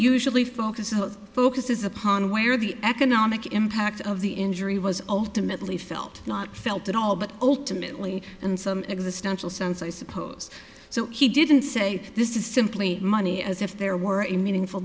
usually focuses focuses upon where the economic impact of the injury was ultimately felt not felt at all but ultimately in some existential sense i suppose so he didn't say this is simply money as if there were a meaningful